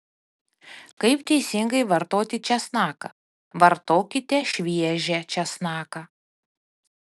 kaip teisingai vartoti česnaką vartokite šviežią česnaką